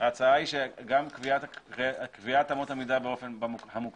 ההצעה היא שגם קביעת אמות המידה המוקדמות